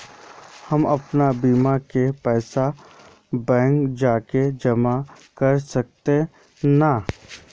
हम अपन बीमा के पैसा बैंक जाके जमा कर सके है नय?